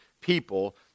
people